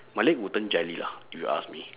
my leg will turn jelly lah if you ask me